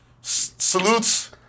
salutes